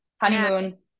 honeymoon